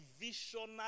visionary